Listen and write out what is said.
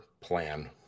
plan